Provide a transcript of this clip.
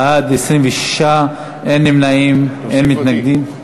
בעד, 26, אין נמנעים ואין מתנגדים.